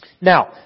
Now